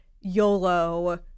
YOLO